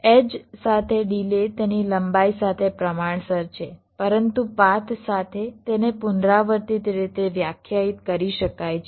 edge સાથે delay તેની લંબાઈ સાથે પ્રમાણસર છે પરંતુ પાથ સાથે તેને પુનરાવર્તિત રીતે વ્યાખ્યાયિત કરી શકાય છે